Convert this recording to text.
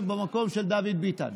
כי אתה יושב במקום של דוד ביטן.